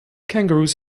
kangaroos